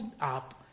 up